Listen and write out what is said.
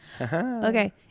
Okay